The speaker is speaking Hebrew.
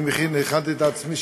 אני הכנתי את עצמי.